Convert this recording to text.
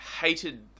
hated